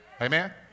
Amen